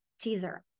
teaser